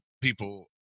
people